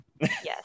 yes